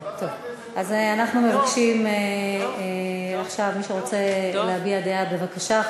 אנחנו מבקשים עכשיו, מי שרוצה להביע דעה, בבקשה.